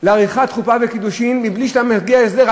על עריכת חופה וקידושין מבלי שאתה מגיע להסדר.